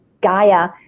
Gaia